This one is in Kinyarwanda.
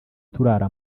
turara